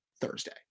Thursday